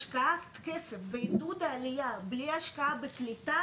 השקעת כסף בעידוד העלייה בלי השקעה בקליטה,